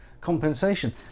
compensation